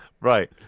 Right